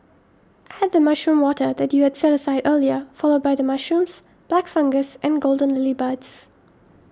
add the mushroom water that you had set aside earlier followed by the mushrooms black fungus and golden lily buds